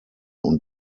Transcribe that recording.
und